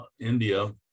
india